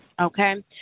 Okay